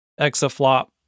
exaflop